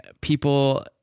people